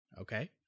Okay